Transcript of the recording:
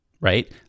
right